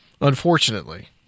unfortunately